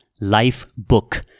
Lifebook